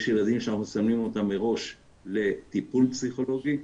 יש ילדים שאנחנו מסמנים אותם מראש לטיפול פסיכולוגי.